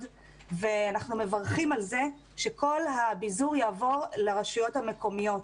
ואנחנו מברכים על זה שכל הביזור יעבור לרשויות המקומיות.